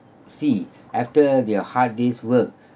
see after their hard day's work